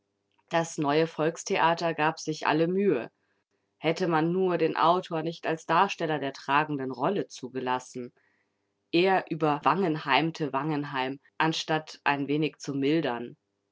das neue volkstheater gab sich alle mühe hätte man nur den autor nicht als darsteller der tragenden rolle zugelassen er überwangenheimte wangenheim anstatt ein wenig zu mildern